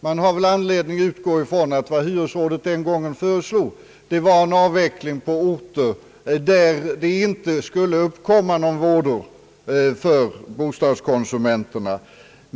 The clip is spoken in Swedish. Man har väl anledning att utgå ifrån att vad hyresrådet den gången föreslog var en avveckling på orter där det inte skulle uppkomma några vådor för bostadskonsumenterna.